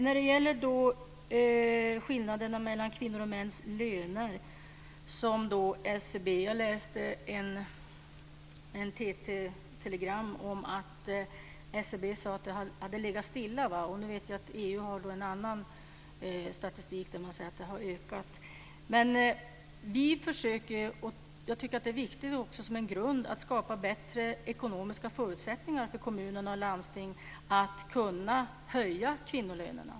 När det gäller skillnaderna mellan mäns och kvinnors löner läste jag i ett TT-telegram att SCB sade att de hade legat stilla. Jag vet att EU har en annan statistik, där det sägs att skillnaderna har ökat. Det är också viktigt som en grund att skapa bättre ekonomiska förutsättningar för kommuner och landsting att höja kvinnolönerna.